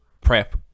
prep